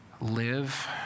live